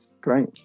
great